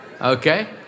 Okay